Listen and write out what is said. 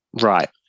Right